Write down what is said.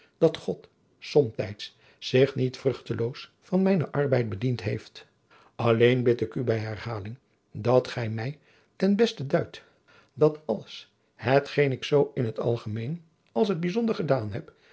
dat god somtijds zich niet vruchteloos van mijnen arbeid bediend heeft alleen bid ik u bij herhaling dat gij mij ten beste duidt dat alles hetgeen ik zoo in het algemeen als het bijzonder gedaan heb